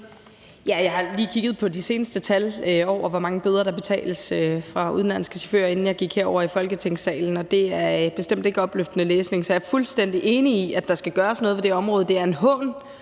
Jeg har lige kigget på de seneste tal over, hvor mange bøder der betales fra udenlandske chaufførers side, inden jeg gik herover i Folketingssalen, og det er bestemt ikke opløftende læsning. Så jeg er fuldstændig enig i, at der skal gøres noget ved det her område, det er en hån